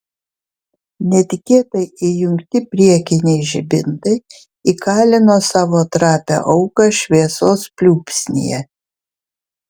netikėtai įjungti priekiniai žibintai įkalino savo trapią auką šviesos pliūpsnyje